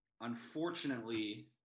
unfortunately